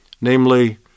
namely